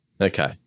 Okay